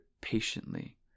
patiently